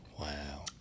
Wow